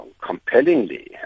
compellingly